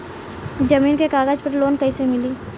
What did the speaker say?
जमीन के कागज पर लोन कइसे मिली?